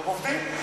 הם עובדים.